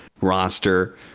roster